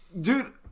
Dude